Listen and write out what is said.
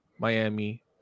Miami